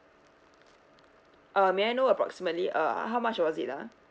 uh may I know approximately uh how much was it ah